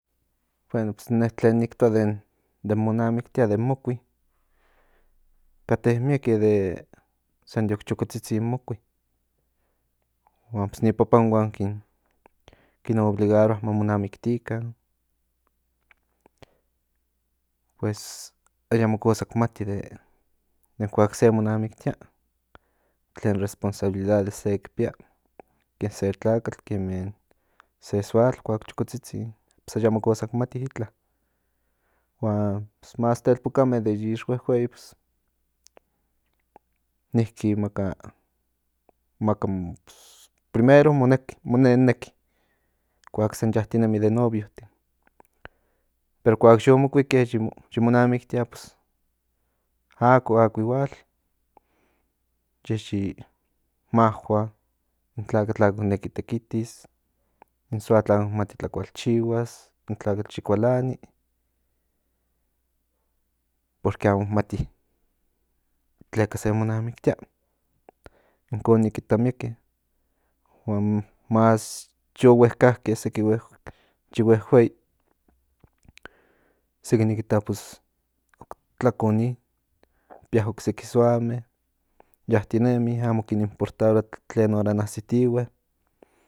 Bueno pues in ne tlen nktoa den mo namiktia den mokuiaya kate mieke san de chokotzitzin mokui huan pos ni papá huan kin obligaroa ma mo namiktikan pues ayamo kosa ki mati de kuak se monamiktia tlen responsabilidades sek pía kemen se tlakat kemen se soatl de chokotzitzin pues ayamo kosa ki mati de itla huan más telpokame de yi ixhuehuei niki maka mo primero mo nennekin kuak san yatinemi de novioin pero kuak yo monkuike yi monnamiktia ako igual ye yi mo ahua in tlakat akok neki tekitis in soatll amo ki mati tlakualchihuas in tlakatl yi kualani porque amok mati tleka se mo namiktia inkon nikita mieke huan más yo huekake se sy huehuei seki nik ita tlakoni pía okseki soame yatinemi omo kin importaroa tlen horan asitihue